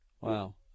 Wow